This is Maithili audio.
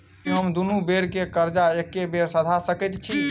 की हम दुनू बेर केँ कर्जा एके बेर सधा सकैत छी?